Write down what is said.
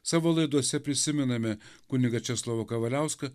savo laidose prisimename kunigą česlovą kavaliauską